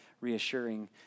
reassuring